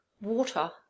Water